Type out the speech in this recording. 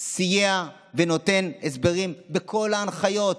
שסייע ונותן הסברים בכל ההנחיות: